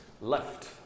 left